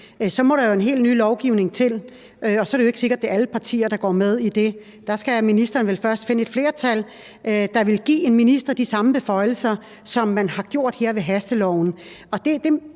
Så må der jo en helt ny lovgivning til, og så er det ikke sikkert, at det er alle partier, der går med i det. Der skal ministeren vel først finde et flertal, der vil give en minister de samme beføjelser, som man har gjort her ved hasteloven. Jeg